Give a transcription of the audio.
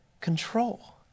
control